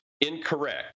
incorrect